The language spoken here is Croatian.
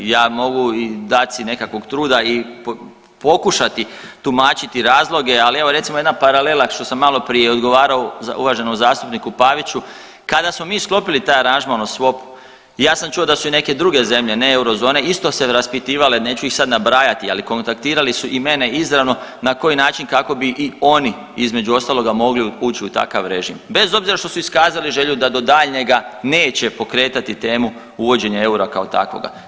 Ja mogu dat si nekakvog truda i pokušati tumačiti razloge, ali evo recimo jedna paralela što sam maloprije odgovarao uvaženom zastupniku Paviću, kada smo mi sklopili taj aranžman o swapu ja da sa čuo i da su neke druge zemlje ne eurozone isto se raspitivale, neću ih sada nabrajati ali kontaktirali su i mene izravno na koji način kako bi i oni između ostaloga mogli ući u takav režim bez obzira što su iskazali želju da do daljnjega neće pokretati temu uvođenja eura kao takvoga.